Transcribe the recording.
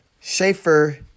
Schaefer-